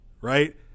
right